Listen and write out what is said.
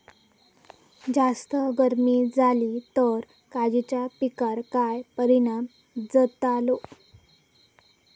जास्त गर्मी जाली तर काजीच्या पीकार काय परिणाम जतालो?